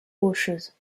rocheuses